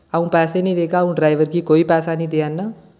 अ'ऊं पैसे नेईं देगा अ'ऊं ड्राइवर गी कोई पैसा नेईं देआ नां